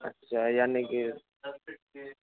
अच्छा यानि की दस फिट के